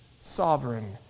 sovereign